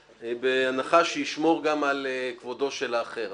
בהנחה שהוא ישמור גם על כבודו של האחר.